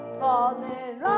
falling